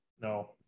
No